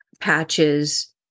patches